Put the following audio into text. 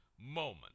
moment